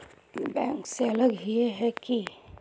Bank से अलग हिये है की?